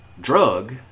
drug